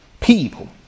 people